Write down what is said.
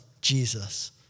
Jesus